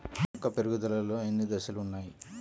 మొక్క పెరుగుదలలో ఎన్ని దశలు వున్నాయి?